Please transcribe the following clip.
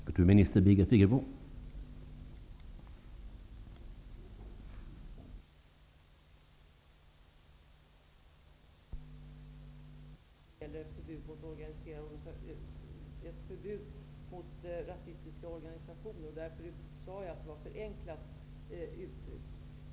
Herr talman! Jag är medveten om att det inte gäller ett förbud mot rasistiska organisationer, och jag sade att detta var ett förenklat uttryck.